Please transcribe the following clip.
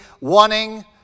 wanting